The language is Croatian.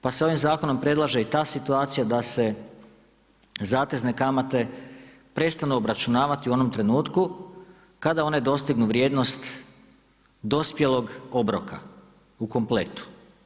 Pa se ovim zakonom predlaže i ta situacija da se zatezne kamate prestanu obračunavati u ovom trenutku kada one dostignu vrijednost dospjelog obroka u kompletu.